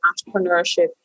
entrepreneurship